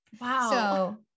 Wow